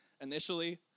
initially